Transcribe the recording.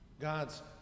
God's